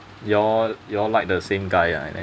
you all you all like the same guy ah and